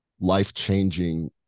life-changing